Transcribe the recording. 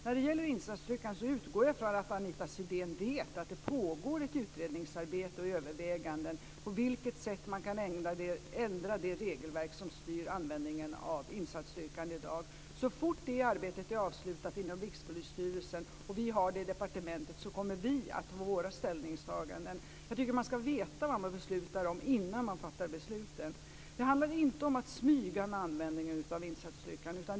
När det gäller insatsstyrkan utgår jag från att Anita Sidén vet att det pågår ett utredningsarbete och överväganden av på vilket sätt man kan ändra det regelverk som styr användningen av insatsstyrkan i dag. Så fort det arbetet är avslutat inom Rikspolisstyrelsen och vi har resultatet i departementet kommer vi att göra våra ställningstaganden. Jag tycker att man skall veta vad man beslutar om innan man fattar besluten. Det handlar inte om att smyga med användningen av insatsstyrkan.